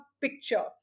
picture